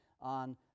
on